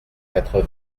quatre